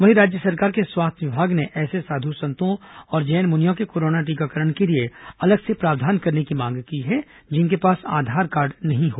वहीं राज्य सरकार के स्वास्थ्य विभाग ने ऐसे साधु संतों और जैन मुनियों के कोरोना टीकाकरण के लिए अलग से प्रावधान करने की मांग की है जिनके पास आधार कार्ड नहीं हो